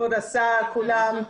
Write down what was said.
כבוד השר וכולם.